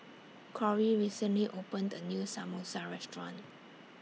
Corry recently opened A New Samosa Restaurant